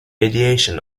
radiation